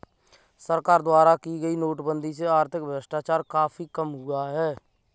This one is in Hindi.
सरकार द्वारा की गई नोटबंदी से आर्थिक भ्रष्टाचार काफी कम हुआ है